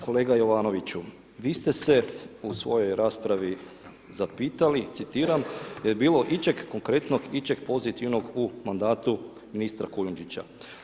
Kolega Jovanoviću, vi ste se u svojoj raspravi zapitali, citiram: da je bilo ičeg konkretnog, ičeg pozitivnog u mandatu ministra Kujundžića.